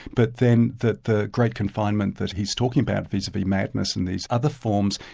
but then that the great confinement that he's talking about vis-a-vis madness in these other forms,